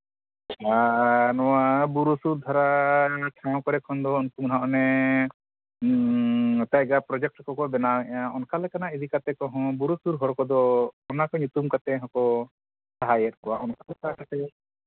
ᱟᱨ ᱱᱚᱣᱟ ᱵᱩᱨᱩ ᱥᱩᱨ ᱫᱷᱟᱨᱟ ᱱᱚᱣᱟ ᱠᱚᱨᱮ ᱠᱷᱚᱱ ᱫᱚ ᱢᱟᱱᱮ ᱱᱚᱛᱮ ᱡᱟ ᱯᱨᱚᱡᱮᱠᱴ ᱠᱚᱠᱚ ᱵᱮᱱᱟᱣᱮᱫᱼᱟ ᱚᱱᱠᱟ ᱞᱮᱠᱟᱱᱟᱜ ᱤᱫᱤ ᱠᱟᱛᱮᱫ ᱠᱚᱦᱚᱸ ᱵᱩᱨᱩ ᱥᱩᱨ ᱦᱚᱲ ᱠᱚᱫᱚ ᱚᱱᱟ ᱠᱚ ᱧᱩᱛᱩᱢ ᱠᱟᱛᱮᱫ ᱦᱚᱸᱠᱚ ᱥᱟᱦᱟᱭᱮᱫ ᱠᱚᱣᱟ ᱚᱱᱠᱟ ᱞᱮᱠᱟ ᱠᱟᱛᱮᱫ